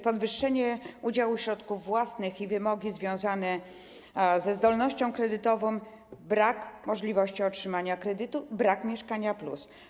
Podwyższenie udziału środków własnych i wymogi związane ze zdolnością kredytową - brak możliwości otrzymania kredytu, brak mieszkania+.